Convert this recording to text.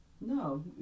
No